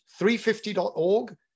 350.org